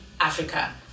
Africa